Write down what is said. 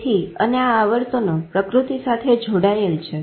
તેથી અને આ આવર્તનો પ્રકૃતિ સાથે જોડાયેલ છે